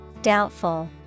Doubtful